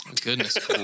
goodness